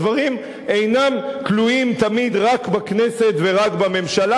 הדברים אינם תלויים תמיד רק בכנסת ורק בממשלה,